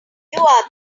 are